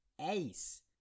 ace